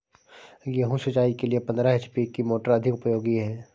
गेहूँ सिंचाई के लिए पंद्रह एच.पी की मोटर अधिक उपयोगी है?